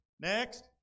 Next